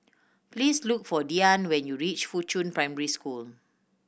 please look for Diann when you reach Fuchun Primary School